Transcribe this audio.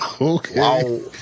Okay